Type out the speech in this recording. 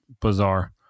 bizarre